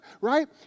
right